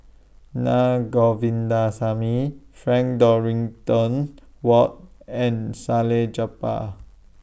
Naa Govindasamy Frank Dorrington Ward and Salleh Japar